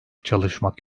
çalışmak